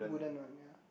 wooden one ya